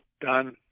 done